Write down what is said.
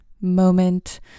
moment